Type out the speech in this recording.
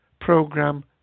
program